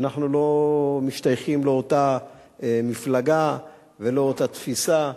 אנחנו לא משתייכים לאותה מפלגה, ולא לאותה תפיסה,